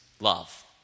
love